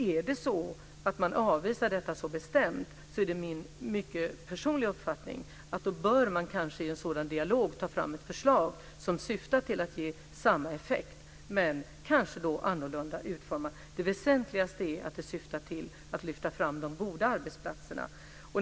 Är det så att man avvisar detta så bestämt bör man kanske - detta är min mycket personliga uppfattning - i en sådan dialog ta fram ett förslag som syftar till att ge samma effekt, men måhända annorlunda utformat. Det väsentligaste är att det syftar till att lyfta fram de goda arbetsplatserna.